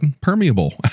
permeable